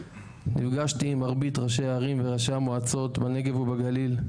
נפגשתי עם מרבית ראשי ערים וראשי מועצות בנגב ובגליל,